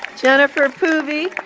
jennifer poovey,